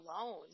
alone